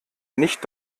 nicht